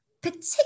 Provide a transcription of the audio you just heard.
particularly